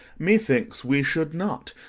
methinks we should not.